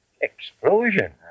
Explosion